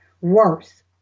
Worse